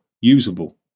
usable